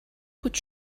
بود